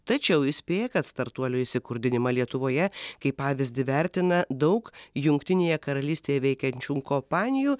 tačiau įspėja kad startuolio įsikurdinimą lietuvoje kaip pavyzdį vertina daug jungtinėje karalystėje veikiančių kompanijų